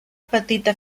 petita